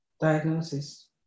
diagnosis